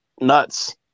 nuts